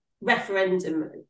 referendum